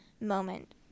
moment